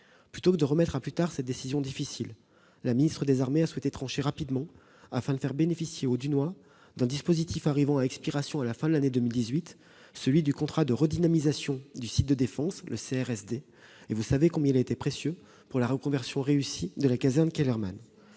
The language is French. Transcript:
Plutôt que de remettre à plus tard cette décision difficile, Mme la ministre des armées a souhaité trancher rapidement, afin de faire bénéficier les Dunois d'un dispositif arrivant à expiration à la fin de l'année 2018, celui du contrat de redynamisation du site de défense, le CRSD. Vous savez combien il a été précieux pour la reconversion réussie de la caserne Kellermann.